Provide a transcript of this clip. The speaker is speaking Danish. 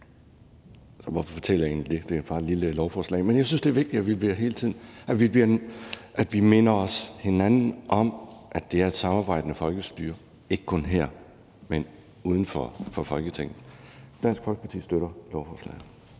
hvorfor fortæller jeg egentlig det? Det er jo bare et lille lovforslag, men jeg synes, det er vigtigt, at vi minder hinanden om, at det er et samarbejdende folkestyre, ikke kun her, men uden for Folketinget. Dansk Folkeparti støtter lovforslaget.